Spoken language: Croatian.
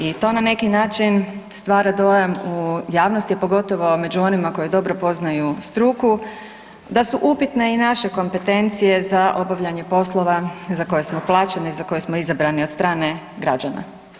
I to na neki način stvara dojam u javnosti, a pogotovo među onima koji dobro poznaju struku, da su upitne i naše kompetencije za obavljanje poslova za koje smo plaćeni i za koje smo izabrani od strane građana.